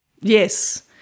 Yes